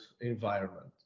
environment